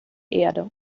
erde